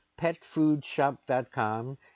PetFoodShop.com